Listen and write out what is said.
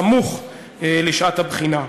סמוך לשעת הבחינה.